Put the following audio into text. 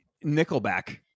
nickelback